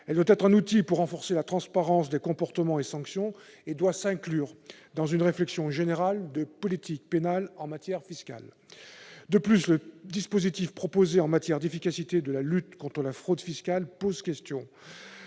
elle doit être un outil pour renforcer la transparence des comportements et sanctions et doit s'inclure dans une réflexion générale de politique pénale en matière fiscale. De plus, le dispositif proposé pose la question de l'efficacité de la lutte contre la fraude fiscale. La convention